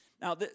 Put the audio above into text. Now